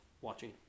watching